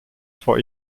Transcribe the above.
vor